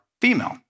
female